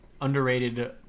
underrated